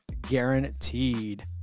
guaranteed